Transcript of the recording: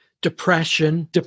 depression